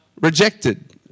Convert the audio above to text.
Rejected